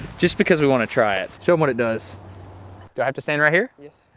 just because we want to try it. show em what it does. do i have to stand right here? yes.